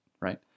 right